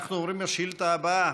אנחנו עוברים לשאילתה הבאה.